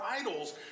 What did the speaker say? idols